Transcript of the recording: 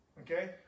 Okay